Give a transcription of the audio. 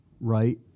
right